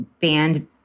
banned